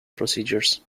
procedures